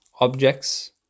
objects